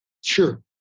Sure